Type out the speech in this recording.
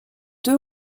deux